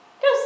Go